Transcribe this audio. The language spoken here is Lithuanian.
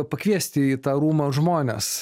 pakviesti į tą rūmą žmones